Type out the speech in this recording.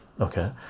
okay